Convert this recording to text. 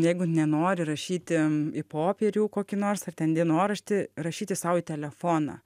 jeigu nenori rašyti į popierių kokį nors ar ten dienoraštį rašyti sau į telefoną